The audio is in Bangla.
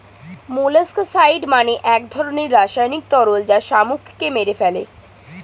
মোলাস্কাসাইড মানে এক ধরনের রাসায়নিক তরল যা শামুককে মেরে ফেলে